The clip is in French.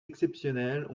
exceptionnelles